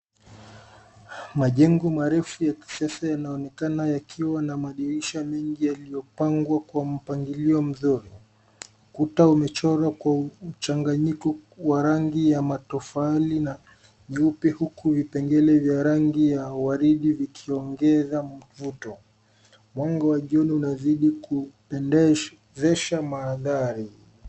Majengo marefu ya kisasa yanaonekana yakiwa na madirisha mengi yaliyopangwa kwa mpangilio mzuri. Kuta imechorwa kwa mchanganyiko wa rangi ya matofali na nyeupe huku vipengele vya rangi ya waridi zikiongeza mvuto. Anga la juu linazidi kupendezesha mandhari.